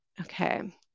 Okay